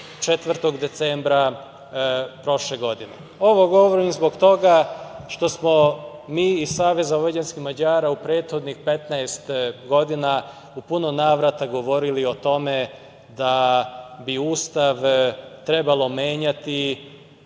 4. decembra prošle godine. Ovo govorim zbog toga što smo mi iz SVM u prethodnih 15 godina u puno navrata govorili o tome da bi Ustav trebalo menjati